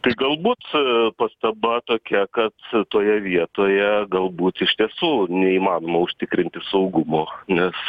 tai galbūt pastaba tokia kad toje vietoje galbūt iš tiesų neįmanoma užtikrinti saugumo nes